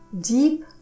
deep